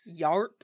Yarp